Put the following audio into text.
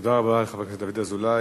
תודה רבה לחבר הכנסת דוד אזולאי.